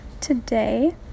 today